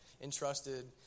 entrusted